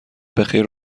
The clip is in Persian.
بخیر